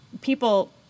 people